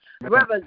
Reverend